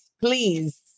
Please